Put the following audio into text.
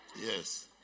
Yes